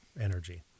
energy